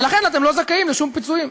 ולכן אתם לא זכאים לשום פיצויים.